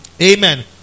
Amen